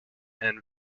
and